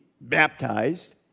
baptized